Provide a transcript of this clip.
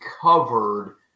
covered